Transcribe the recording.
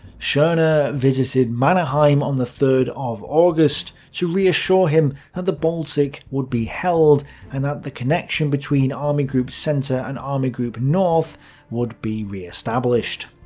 schorner visited mannerheim on the third of august to reassure him that and the baltic would be held and that the connection between army group centre and army group north would be reestablished.